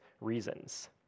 reasons